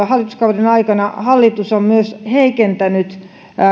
hallituskauden aikana hallitus on heikentänyt